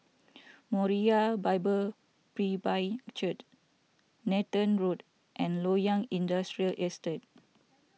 Moriah Bible Presby Church Nathan Road and Loyang Industrial Estate